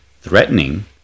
threatening